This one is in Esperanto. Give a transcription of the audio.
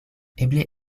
eble